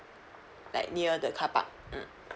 like near the carpark mm